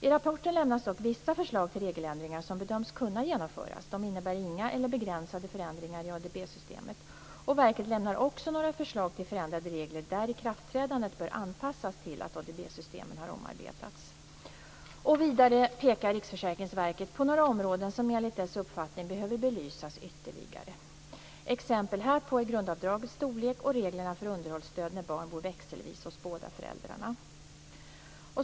I rapporten lämnas dock vissa förslag till regeländringar som bedöms kunna genomföras. De innebär inga eller begränsade förändringar i ADB systemet. Verket lämnar också några förslag till förändrade regler där ikraftträdandet bör anpassas till att ADB-systemen har omarbetats. Vidare pekar Riksförsäkringsverket på några områden som enligt dess uppfattning behöver belysas ytterligare. Exempel härpå är grundavdragets storlek och reglerna för underhållsstöd när barn bor växelvis hos båda föräldrarna.